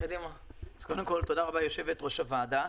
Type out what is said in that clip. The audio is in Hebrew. קודם כול, תודה רבה, יושבת-ראש הוועדה.